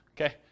Okay